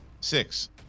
six